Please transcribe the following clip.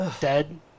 Dead